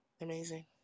amazing